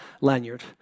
lanyard